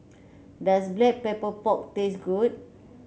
does Black Pepper Pork taste good